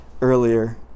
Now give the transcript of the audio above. earlier